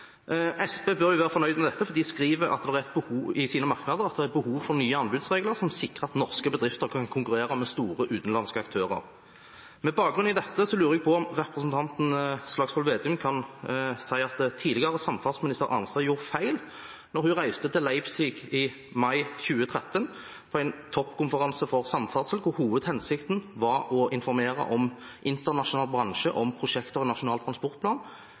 Senterpartiet bør være fornøyd med dette, for de skriver i sine merknader at det er behov for nye «anbudsregler som sikrer at norske bedrifter kan konkurrere med store utenlandske aktører». Med bakgrunn i dette lurer jeg på om representanten Slagsvold Vedum kan si at tidligere samferdselsminister Arnstad gjorde feil da hun i mai 2013 reiste til Leipzig, til en toppkonferanse for samferdsel, hvor hovedhensikten var å informere internasjonal bransje om prosjekter i Nasjonal transportplan,